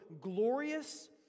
glorious